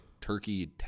turkey